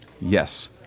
Yes